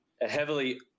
heavily